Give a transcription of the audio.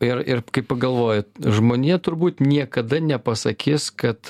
ir ir kai pagalvoji žmonija turbūt niekada nepasakys kad